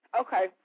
okay